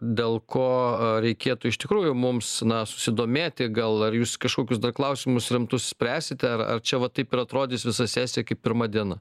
dėl ko reikėtų iš tikrųjų mums na susidomėti gal ar jūs kažkokius klausimus rimtus spręsite ar čia va taip ir atrodys visa sesija kaip pirma diena